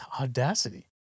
Audacity